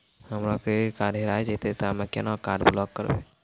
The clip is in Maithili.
हमरो क्रेडिट कार्ड हेरा जेतै ते हम्मय केना कार्ड ब्लॉक करबै?